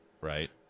Right